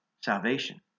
salvation